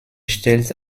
stellt